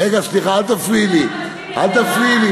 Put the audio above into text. רגע, סליחה, אל תפריעי לי.